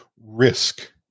risk